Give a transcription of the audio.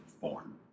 form